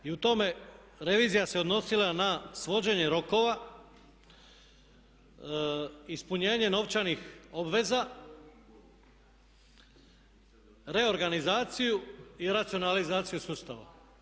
I u tome revizija se odnosila na svođenje rokova, ispunjenje novčanih obveza, reorganizaciju i racionalizaciju sustava.